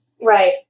Right